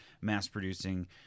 mass-producing